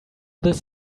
this